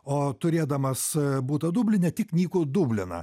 o turėdamas butą dubline tik nykų dubliną